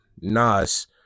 Nas